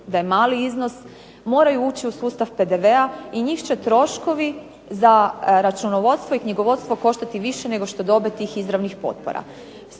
da je mali iznos moraju ući u sustav PDV-a i njih će troškovi za računovodstvo i knjigovodstvo koštati više nego što dobe tih izravnih potpora.